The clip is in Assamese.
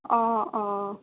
অঁ অঁ